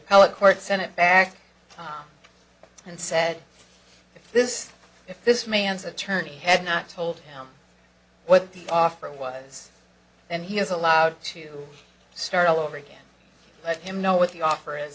e court sent it back and said if this if this man's attorney had not told what the offer was and he was allowed to start all over again let him know what the offer